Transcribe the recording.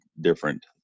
different